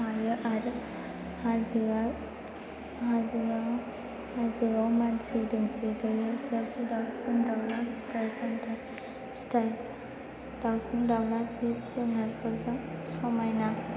हायो आरो हाजोआव मानसि दोमसि गैया बाबो दावसिन दावला फिथाइ सामथाइ फिथाइ दावसिन दावला जिब जुनारफोरजों समायना